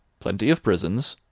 plenty of prisons,